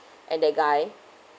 and the guy